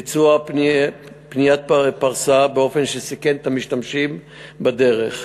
ביצוע פניית פרסה באופן שסיכן את המשתמשים בדרך,